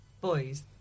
boys